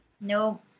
No